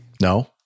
No